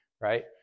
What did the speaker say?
right